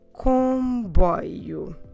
comboio